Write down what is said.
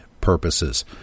purposes